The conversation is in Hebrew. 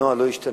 הנוהל לא ישתנה,